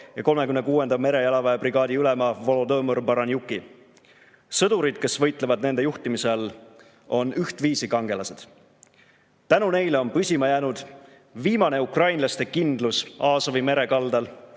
ja 36. merejalaväebrigaadi ülema Volodõmõr Baranjuki. Sõdurid, kes võitlevad nende juhtimise all, on ühtviisi kangelased. Tänu neile on püsima jäänud viimane ukrainlaste kindlus Aasovi mere kaldal.